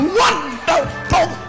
wonderful